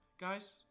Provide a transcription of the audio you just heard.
Guys